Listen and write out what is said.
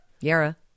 Yara